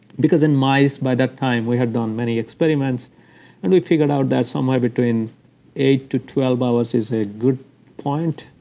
because in mice, by that time, we had done many experiments and we figured out that somewhere between eight to twelve hours is a good point.